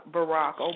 Barack